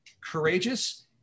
courageous